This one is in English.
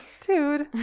dude